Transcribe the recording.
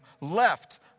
left